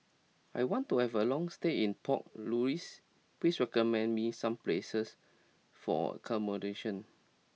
I want to have a long stay in Port Louis please recommend me some places for accommodation